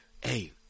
Hey